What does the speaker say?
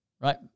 right